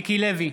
בעד מיקי לוי,